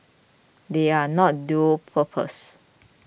they are not dual purpose